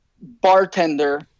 bartender